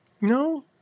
No